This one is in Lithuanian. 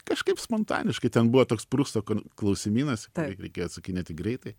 kažkaip spontaniškai ten buvo toks prusto klausimynas į kurį reikėjo atsakinėti greitai